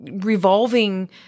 revolving